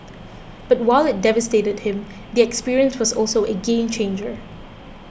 but while it devastated him the experience was also a game changer